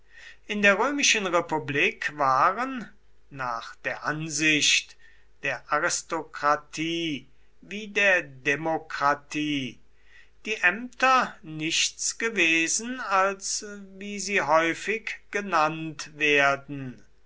in der römischen republik waren nach der ansicht der aristokratie wie der demokratie die ämter nichts gewesen als wie sie häufig genannt werden